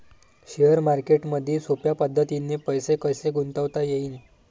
Share मार्केटमधी सोप्या पद्धतीने पैसे कसे गुंतवता येईन?